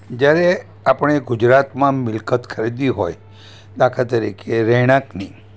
જ્યારે આપણે ગુજરાતમાં મિલકત ખરીદી હોય દાખલા તરીકે રહેણાંકની